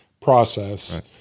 process